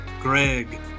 Greg